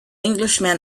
englishman